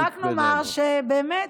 אז רק נאמר שבאמת,